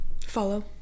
follow